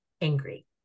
angry